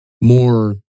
more